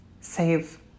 save